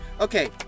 Okay